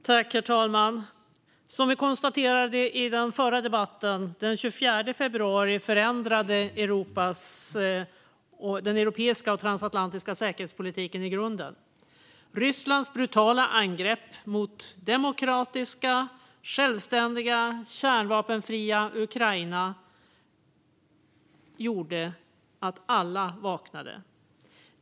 Herr talman! Som vi konstaterade i den förra debatten förändrades den europeiska och transatlantiska säkerhetspolitiken i grunden den 24 februari. Rysslands brutala angrepp mot det demokratiska, självständiga och kärnvapenfria Ukraina gjorde att alla vaknade.